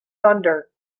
thunder